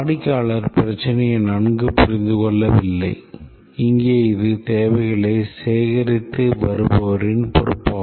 வாடிக்கையாளர் பிரச்சினையை நன்கு புரிந்து கொள்ளவில்லை இங்கே அது தேவைகளைச் சேகரித்து வருபவரின் பொறுப்பாகும்